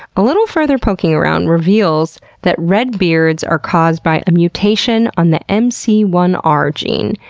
a little further poking around reveals that red beards are caused by a mutation on the m c one r gene.